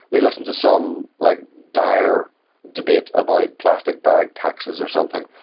they listened to some like dire debate about plastic bag taxes or something,